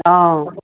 অঁ